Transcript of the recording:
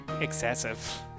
excessive